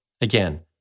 again